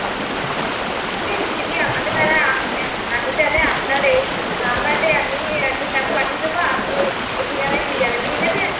ও ঠিক আছে দিদি আমাকে তাহলে আমি তাহলে আপনার এই নাম্বারটায় আমি ঠিকানা পাঠিয়ে দেবো আপনি এই ঠিকানায় দিয়ে যাবেন ঠিক আছে